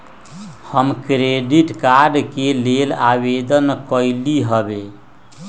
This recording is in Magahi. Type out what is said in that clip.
हम क्रेडिट कार्ड के लेल आवेदन लिखली हबे